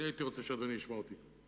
אני רוצה שאדוני ישמע אותי,